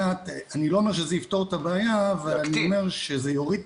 אני לא אומר שזה יפתור את הבעיה אבל זה יוריד את